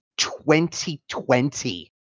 2020